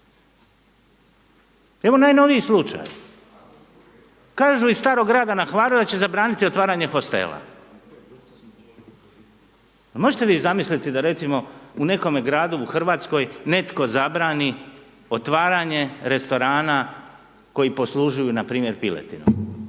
Evo najnoviji slučaj, kažu iz starog grada na Hvaru da će zabraniti otvaranje hostela. A možete vi zamisliti da recimo u nekome gradu u Hrvatskoj netko zabrani otvaranje restorana koji poslužuju npr. piletinu?